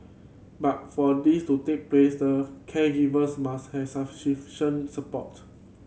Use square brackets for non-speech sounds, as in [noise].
but for this to take place the caregivers must have [unintelligible] support